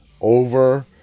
over